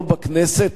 לא בכנסת,